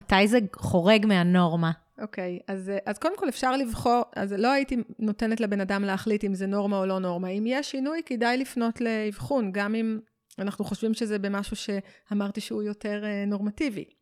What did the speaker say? מתי זה חורג מהנורמה? אוקיי, אז קודם כל אפשר לבחור, אז לא הייתי נותנת לבן אדם להחליט אם זה נורמה או לא נורמה. אם יש שינוי, כדאי לפנות לאבחון, גם אם אנחנו חושבים שזה במשהו שאמרתי שהוא יותר נורמטיבי.